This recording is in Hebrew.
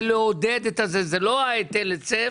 זה לא היטל ההיצף